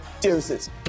Deuces